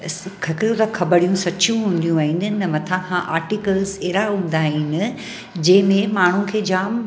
इस हिकु हिकु ख़बड़ियूं सचियूं हूंदियूं आहिनि ऐं मथां खां आटिकल्स अहिड़ा हूंदा आहिनि जंहिंमें माण्हुनि खे जाम